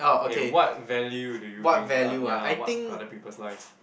K what value do you bring to ah ya what to other people's life